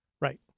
Right